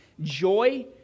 Joy